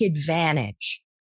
advantage